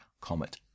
comet